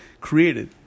created